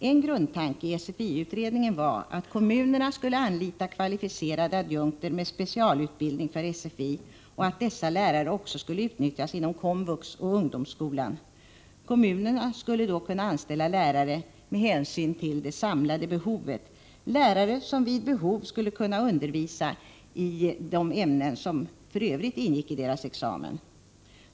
En grundtanke i SFI-utredningen var att kommunerna skulle anlita kvalificerade adjunkter med specialutbildning för SFI och att dessa lärare också skulle utnyttjas inom komvux och ungdomsskolan. Kommunerna skulle då kunna anställa lärare med hänsyn till det samlade behovet, lärare som vid behov skulle kunna undervisa i de ämnen som f. ö. ingick i deras examen.